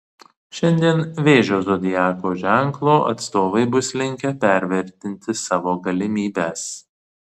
šiandien vėžio zodiako ženklo atstovai bus linkę pervertinti savo galimybes